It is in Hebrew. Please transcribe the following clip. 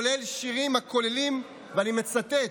כולל שירים הקוראים, ואני מצטט: